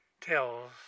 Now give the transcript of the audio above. tells